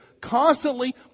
Constantly